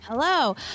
Hello